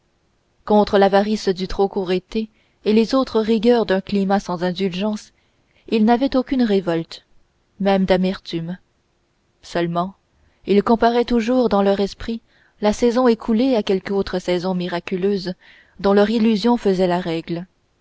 contre l'avarice du trop court été et les autres rigueurs d'un climat sans indulgence ils n'avaient aucune révolte même d'amertume seulement ils comparaient toujours dans leur esprit la saison écoulée à quelque autre saison miraculeuse dont leur illusion faisait la règle